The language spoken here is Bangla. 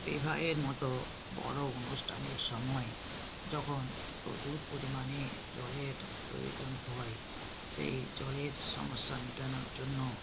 বিবাহের মতো বড়ো অনুষ্ঠানের সময় যখন প্রচুর পরিমাণে জলের প্রয়োজন হয় সেই জলের সমস্যা মেটানোর জন্য